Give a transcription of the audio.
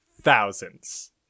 thousands